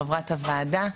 חברת הוועדה,